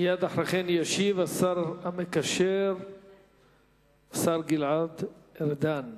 מייד אחרי כן ישיב השר המקשר גלעד ארדן